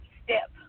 step